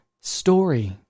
story